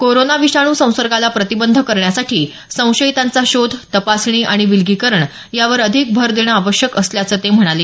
corona विषाणू संसर्गाला प्रतिबंध करण्यासाठी संशयितांचा शोध तपासणी आणि विलगीकरण यावर अधिक भर देणं आवश्यक असल्याचं ते म्हणाले